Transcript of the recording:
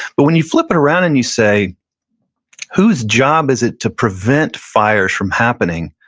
but when you flip it around and you say whose job is it to prevent fires from happening?